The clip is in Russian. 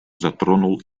затронул